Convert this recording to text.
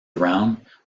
around